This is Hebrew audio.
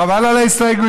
חבל על ההסתייגויות,